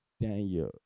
Daniel